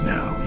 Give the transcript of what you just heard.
Now